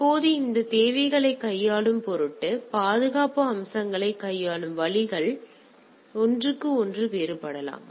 இப்போது அந்த தேவைகளை கையாளும் பொருட்டு எனவே பாதுகாப்பு அம்சங்களை கையாளும் வழிகள் ஒன்றுக்கு ஒன்று வேறுபடலாம்